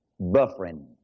Buffering